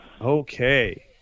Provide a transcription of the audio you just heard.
Okay